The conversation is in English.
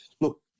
Look